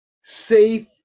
Safe